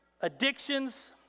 addictions